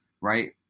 right